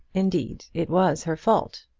indeed, it was her fault.